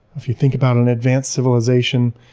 if you think about an advanced civilization,